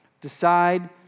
Decide